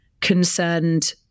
concerned